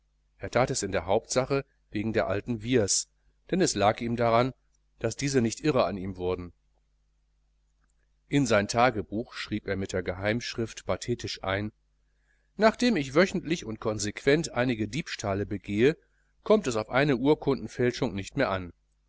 er that es in der hauptsache wegen der alten wiehrs denn es lag ihm daran daß diese nicht irre an ihm wurden in sein tagebuch schrieb er mit geheimschrift pathetisch ein nachdem ich wöchentlich und konsequent einige diebstähle begehe kommt es auf eine urkundenfälschung nicht mehr an